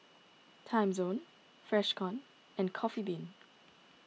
Timezone Freshkon and Coffee Bean